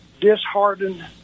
disheartened